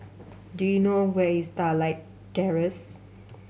do you know where is Starlight Terrace